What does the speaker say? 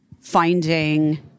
finding